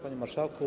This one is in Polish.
Panie Marszałku!